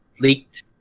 leaked